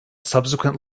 subsequent